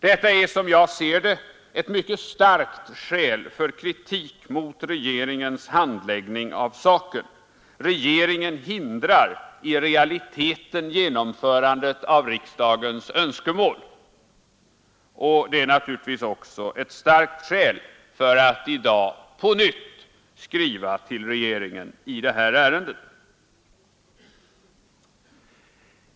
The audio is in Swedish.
Detta är, som jag ser det, ett mycket starkt skäl för kritik mot regeringens handläggning av saken: regeringen hindrar i realiteten genomförandet av riksdagens önskemål. Det är naturligtvis också ett starkt skäl för att i dag på nytt skriva till regeringen i det här ärendet.